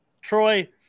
Troy